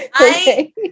Okay